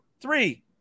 Three